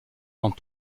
dans